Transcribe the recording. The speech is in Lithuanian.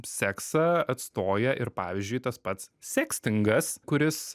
seksą atstoja ir pavyzdžiui tas pats sekstingas kuris